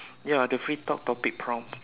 ya the free talk topic prompt